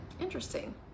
interesting